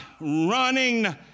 running